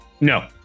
No